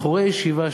בחורי ישיבה,